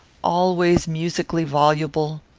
always musically voluble,